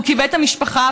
והוא כיבד את המשפחה,